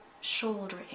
shoulder